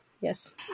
yes